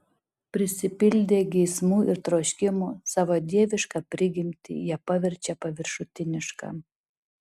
prisipildę geismų ir troškimų savo dievišką prigimtį jie paverčia paviršutiniška